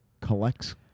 collects